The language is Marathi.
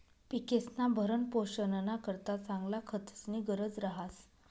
पिकेस्ना भरणपोषणना करता चांगला खतस्नी गरज रहास